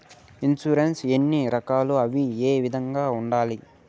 insurance ఎన్ని రకాలు అవి ఏ విధంగా ఉండాయి